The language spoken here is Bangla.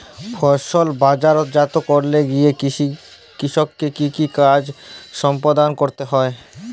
ফসল বাজারজাত করতে গিয়ে কৃষককে কি কি কাজ সম্পাদন করতে হয়?